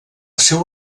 seu